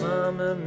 Mama